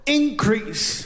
increase